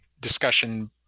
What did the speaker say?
discussion